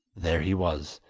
there he was,